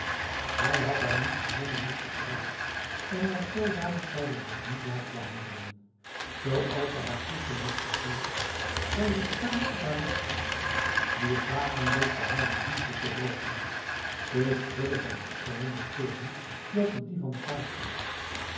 hij had haar niet gevonden op de straat en als zodanig zou ze zich niet laten behandelen zoals ze haar plichten had vervuld zou ze staan op haar rechten wie het wagen durfde haar de liefde te rovenj ze schudde van opgewonden toorn dat de divan kraakte